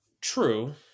True